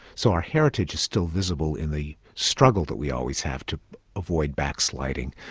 so our heritage is still visible in the struggle that we always have to avoid backsliding.